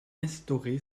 instauré